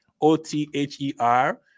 O-T-H-E-R